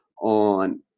on